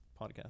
podcast